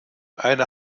eine